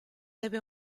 ebbe